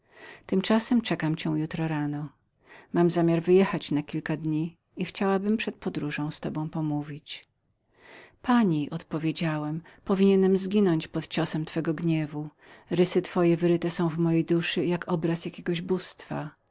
to czekam cię jutro rano mam zamiar wyjechania na kilka dni i chciałabym przed podróżą moją z tobą pomówić pani odpowiedziałem gdybym miał zginąć pod ciosem twego gniewu rysy twoje obecne są mojej pamięci jakby obraz jakiego bóstwa